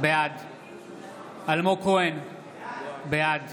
בעד אלמוג כהן, בעד